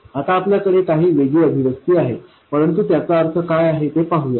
आता आपल्याकडे काही वेगळी अभिव्यक्ती आहे परंतु त्याचा अर्थ काय आहे ते पाहूया